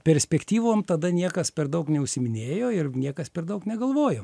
perspektyvom tada niekas per daug neužsiiminėjo ir niekas per daug negalvojo